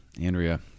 Andrea